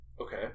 Okay